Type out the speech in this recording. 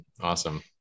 Awesome